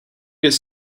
it’s